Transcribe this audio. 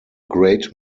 great